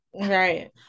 Right